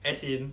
as in